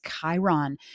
Chiron